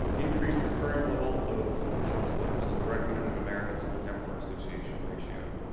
increased the current level of counselors to the recommended american school counselor association ratio.